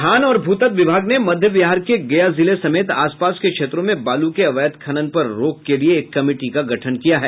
खान और भूतत्व विभाग ने मध्य बिहार के गया जिले समेत आस पास के क्षेत्रों में बालू के अवैध खनन पर रोक के लिए एक कमिटी का गठन किया है